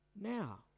now